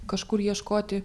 kažkur ieškoti